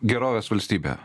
gerovės valstybė